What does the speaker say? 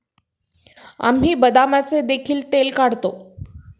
आम्ही बदामाचे देखील तेल काढतो